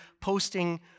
posting